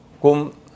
kum